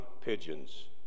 pigeons